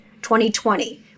2020